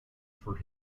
for